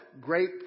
great